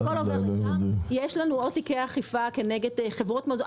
יש לנו עוד תיקי אכיפה כנגד חברות מזון.